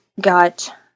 got